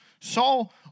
Saul